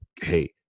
hey